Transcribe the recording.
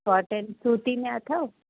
cotton सूती में अथव